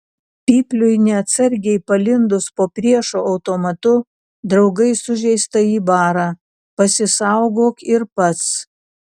pypliui neatsargiai palindus po priešo automatu draugai sužeistąjį bara pasisaugok ir pats